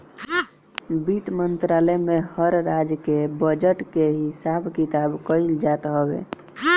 वित्त मंत्रालय में हर राज्य के बजट के हिसाब किताब कइल जात हवे